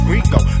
Rico